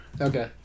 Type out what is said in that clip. Okay